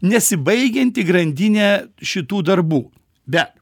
nesibaigianti grandinė šitų darbų bet